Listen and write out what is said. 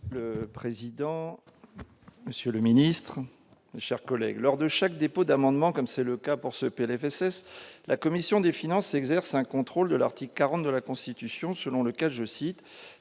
Le président, monsieur le ministre, chers collègues lors de chaque dépôt d'amendements, comme c'est le cas pour ce PLFSS la commission des finances, exerce un contrôle de l'article 40 de la Constitution, selon lequel je cite